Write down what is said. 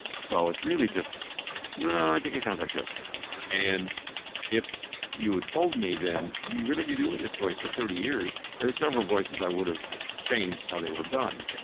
so it's really just i think it sounds like this and if you had told me then you're going to be doing this voice for thirty years, there are several voices i would have changed how they were done,